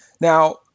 Now